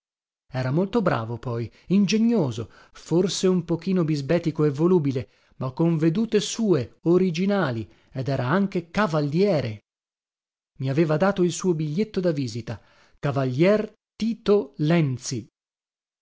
era molto bravo poi ingegnoso forse un pochino bisbetico e volubile ma con vedute sue originali ed era anche cavaliere i aveva dato il suo biglietto da visita cavalier tito lenzi